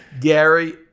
Gary